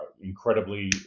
incredibly